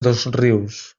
dosrius